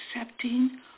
accepting